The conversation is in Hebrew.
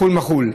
מחול, מחול.